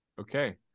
Okay